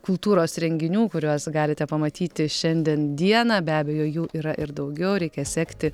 kultūros renginių kuriuos galite pamatyti šiandien dieną be abejo jų yra ir daugiau reikia sekti